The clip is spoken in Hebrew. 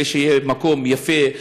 כדי שיהיה מקום יפה,